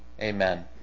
Amen